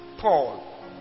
Paul